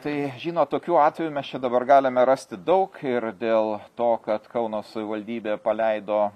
tai žinot tokių atvejų mes čia dabar galime rasti daug ir dėl to kad kauno savivaldybė paleido